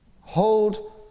Hold